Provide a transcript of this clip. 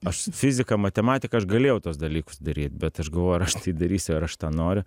aš fiziką matematiką aš galėjau tuos dalykus daryt bet aš galvoju aš aš tai darysiu ar aš to noriu